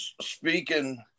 speaking